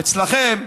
אצלכם,